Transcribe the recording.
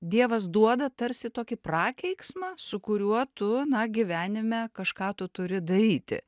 dievas duoda tarsi tokį prakeiksmą su kuriuo tu na gyvenime kažką tu turi daryti